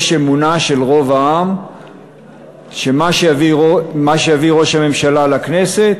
יש אמונה של רוב העם שמה שיביא ראש הממשלה לכנסת,